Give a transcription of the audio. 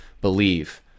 believe